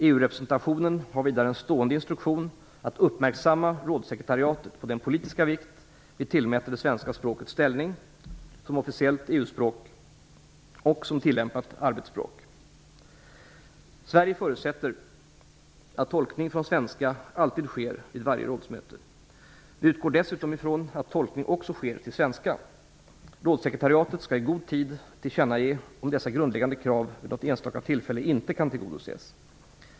EU-representationen har vidare en stående instruktion att uppmärksamma rådssekretariatet på den politiska vikt vi tillmäter det svenska språkets ställning som officiellt EU-språk och som tillämpat arbetsspråk. Sverige förutsätter att tolkning från svenska alltid sker vid varje rådsmöte. Vi utgår dessutom ifrån att tolkning också sker till svenska. Rådssekretariatet skall i god tid tillkännage om dessa grundläggande krav vid något enstaka tillfälle inte kan tillgodoses.